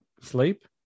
sleep